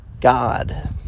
God